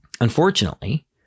Unfortunately